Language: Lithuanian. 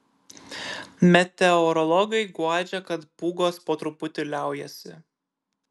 meteorologai guodžia kad pūgos po truputį liaujasi